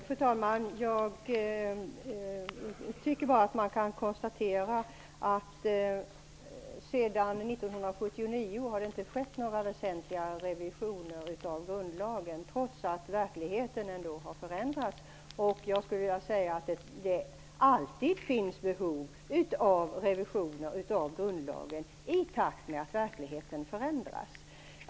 Fru talman! Man kan konstatera att det sedan år 1979 inte har skett några väsentliga revisioner av grundlagen trots att verkligheten har förändrats. Det finns alltid behov av revisioner av grundlagen i takt med att verkligheten förändras.